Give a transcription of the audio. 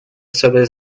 особое